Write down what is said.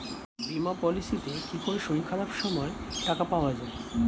বীমা পলিসিতে কি করে শরীর খারাপ সময় টাকা পাওয়া যায়?